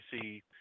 see